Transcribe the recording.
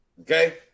Okay